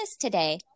today